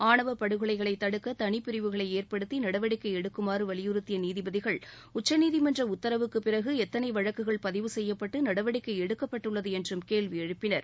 ஆணவபடுகொலைகளைத் தடுக்கதனிப்பிரிவுகளைஏற்படுத்திநடவடிக்கைஎடுக்குமாறுவலியுறுத்தியநீதிபதிகள் உச்சநீதிமன்றஉத்தரவுக்குபிறகுஎத்தனைவழக்குகள் பதிவு செய்யப்பட்டுநடவடிக்கைஎடுக்கப்பட்டுள்ளதுஎன்றும் கேள்விஎழுப்பினர்